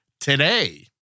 today